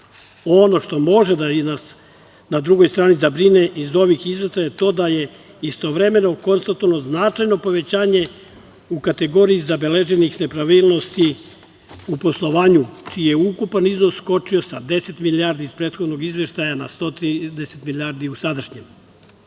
što može da nas na drugoj strani zabrine iz ovih izveštaja je to da istovremeno konstatovano značajno povećanje u kategoriji zabeleženih nepravilnosti u poslovanju čiji je ukupan iznos skočio sa 10 milijardi iz prethodnog izveštaja na 130 milijardi u sadašnjem.